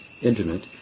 intimate